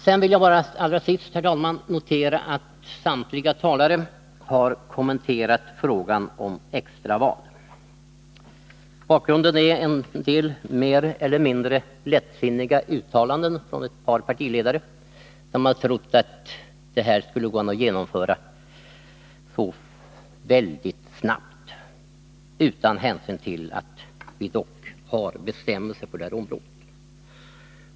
Sedan vill jag till sist, herr talman, konstatera att samtliga talare har kommenterat frågan om extra val. Bakgrunden är en del mer eller mindre lättsinniga uttalanden från ett par partiledare, som trott att det här skulle kunna gå att genomföra väldigt snabbt utan hänsyn till att vi dock har bestämmelser på det här området.